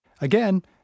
Again